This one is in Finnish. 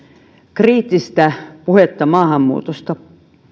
kriittistä puhetta maahanmuutosta